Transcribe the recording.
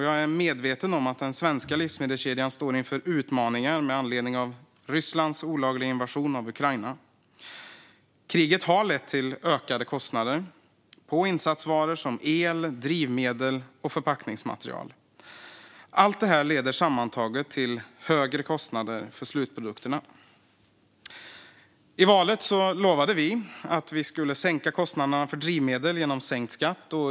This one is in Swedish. Jag är medveten om att den svenska livsmedelskedjan står inför utmaningar med anledning av Rysslands olagliga invasion av Ukraina. Kriget har lett till ökade kostnader på insatsvaror som el, drivmedel och förpackningsmaterial. Allt det leder sammantaget till högre kostnader för slutprodukterna. I valet lovade vi att sänka kostnaderna för drivmedel genom sänkt skatt.